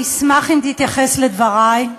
אני אשמח אם תתייחס לדברי,